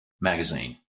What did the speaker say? magazine